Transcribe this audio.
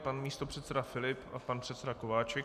Pan místopředseda Filip a pan předseda Kováčik.